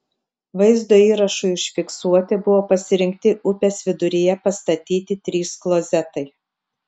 vaizdo įrašui užfiksuoti buvo pasirinkti upės viduryje pastatyti trys klozetai